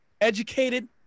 educated